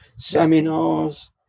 seminars